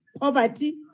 poverty